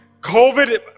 COVID